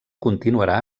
continuarà